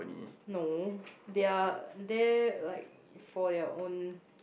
no they're there like for their own